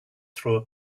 through